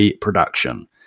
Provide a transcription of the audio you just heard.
production